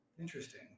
Interesting